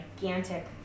gigantic